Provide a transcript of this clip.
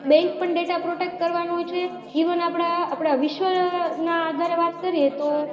bank પણ data protect કરવાનો છે ઈવન આપણા આપણા વિશ્વ ના આધારે વાત કરીએ તો